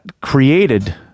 created